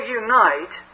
unite